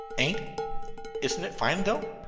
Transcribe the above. ain't isn't that fine, though?